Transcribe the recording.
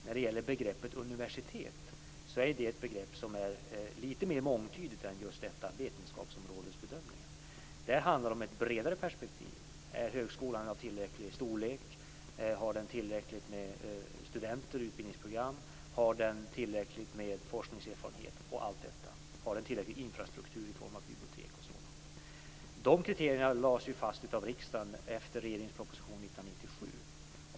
När det gäller begreppet universitet är det lite mer mångtydigt än just vetenskapsområdesbedömningen. Det handlar om ett bredare perspektiv. Är högskolan av tillräcklig storlek? Har den tillräckligt med studenter och utbildningsprogram? Har den tillräckligt med forskningserfarenhet och allt detta? Har den tillräcklig infrastruktur i form av bibliotek och sådant? De kriterierna lades fast av riksdagen efter regeringens proposition 1997.